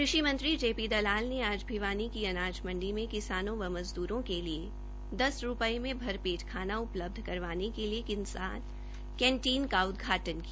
कृषि मंत्री जे पी दलाल ने आज भिवानी की अनाज मंडी में किसानों व मजदुरों के लिए दस रूपये में भरपेट खाना उपलब्ध करवाने के लिए किसान कैंटीन का उदधाटन किया